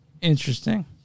Interesting